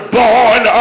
born